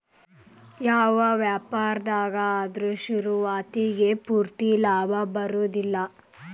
ಯಾವ್ದ ವ್ಯಾಪಾರ್ದಾಗ ಆದ್ರು ಶುರುವಾತಿಗೆ ಪೂರ್ತಿ ಲಾಭಾ ಬರೊದಿಲ್ಲಾ